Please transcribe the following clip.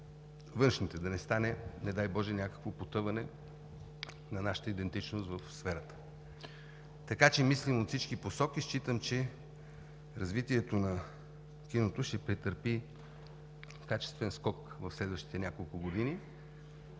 външните, за да не стане, не дай боже, някакво потъване на нашата идентичност в сферата. Така че мислим от всички посоки. Считам, че развитието на киното ще претърпи качествен скок в следващите няколко години.